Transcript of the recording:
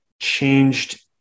changed